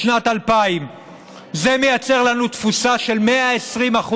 לשנת 2000. זה מייצר לנו תפוסה של 120%,